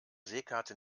seekarte